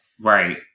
Right